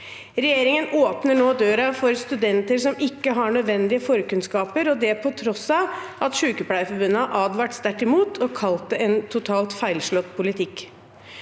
Regjeringen åpner nå døren for studenter som ikke har nødvendige forkunnskaper, og det til tross for at Sykepleierforbundet har advart sterkt imot dette og kalt det en totalt feilslått politikk.